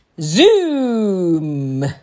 Zoom